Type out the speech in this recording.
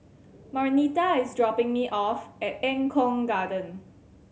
Marnita is dropping me off at Eng Kong Garden